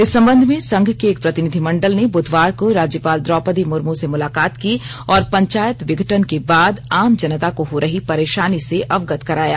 इस संबंध में संघ के एक प्रतिनिधिमंडल ने बुधवार को राज्यपाल द्रोपदी मुर्म से मुलाकात की और पंचायत विघटन के बाद आम जनता को हो रही परेशानी से अवगत कराया